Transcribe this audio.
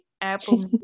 Apple